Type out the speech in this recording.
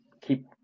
keep